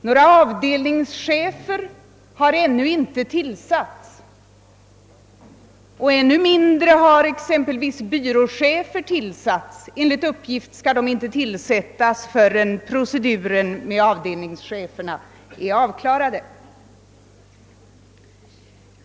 Några avdelningschefer har ännu inte tillsatts, och ännu mindre har exempelvis byråchefer tillsatts — enligt uppgift skall de inte tillsättas förrän proceduren med avdelningscheferna är avklarad.